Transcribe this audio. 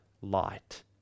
light